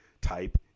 type